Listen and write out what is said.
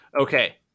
Okay